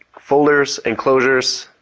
folders, enclosures,